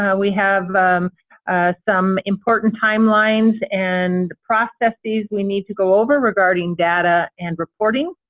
and we have some important timelines and processes we need to go over regarding data and reporting,